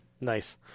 Nice